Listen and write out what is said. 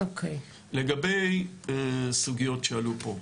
לגבי סוגיות שעלו פה,